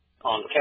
on